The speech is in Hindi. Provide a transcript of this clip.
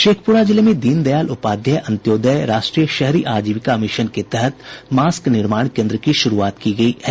शेखपुरा जिले में दीनदयाल उपाध्याय अंत्योदय राष्ट्रीय शहरी आजीविका मिशन के तहत मास्क निर्माण केन्द्र की शुरूआत हुई है